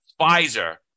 Pfizer